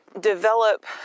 develop